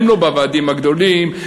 הם לא בוועדים הגדולים,